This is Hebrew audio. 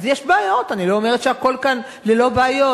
אז יש בעיות, אני לא אומרת שהכול כאן ללא בעיות.